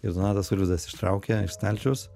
ir donatas ulvydas ištraukė iš stalčiaus